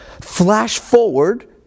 flash-forward